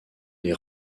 les